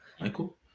michael